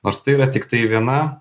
nors tai yra tiktai viena